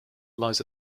lies